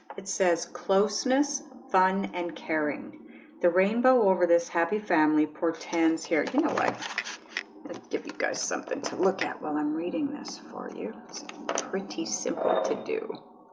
it says closeness fun and caring the rainbow over this happy family portends here at getaway you know like let's give you guys something to look at while i'm reading this for you. it's pretty simple to do